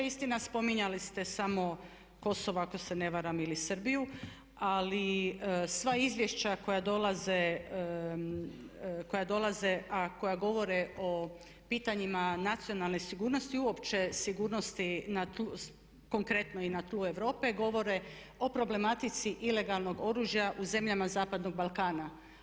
Istina, spominjali ste samo Kosovo ako se ne varam ili Srbiju, ali sva izvješća koja dolaze a koja govore o pitanjima nacionalne sigurnosti i uopće sigurnosti konkretno i na tlu Europe govore o problematici ilegalnog oružja u zemljama zapadnog Balkana.